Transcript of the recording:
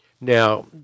Now